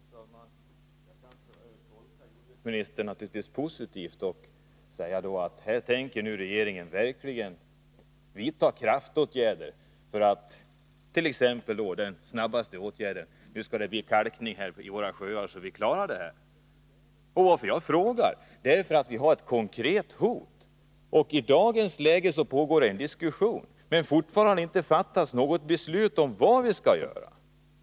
Herr talman! Jag kan naturligtvis tolka jordbruksministerns svar positivt och säga: Här tänker regeringen nu verkligen vidta kraftåtgärder, t.ex. den snabbaste åtgärden, kalkning av våra sjöar, så att vi klarar försurningen. Att jag frågar beror på att vi har ett konkret hot över oss och att det i dagens läge pågår en diskussion. Men fortfarande har det inte fattats något beslut om vad som skall göras.